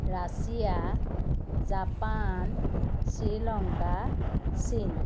Russia Japan Sri Lanka চীন